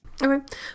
Okay